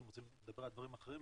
אתם רוצים לדבר על דברים אחרים,